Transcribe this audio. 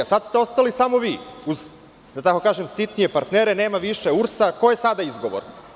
Sada ste ostali samo vi, da tako kažem, uzsitnije partnere, nema više URS-a, koji je sada izgovor?